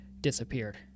disappeared